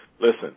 Listen